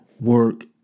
work